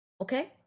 Okay